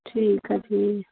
ਠੀਕ ਹੈ ਜੀ